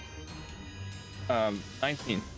19